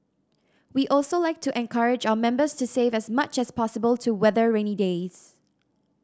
we also like to encourage our members to save as much as possible to weather rainy days